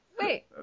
Wait